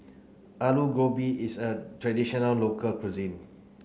Alu Gobi is a traditional local cuisine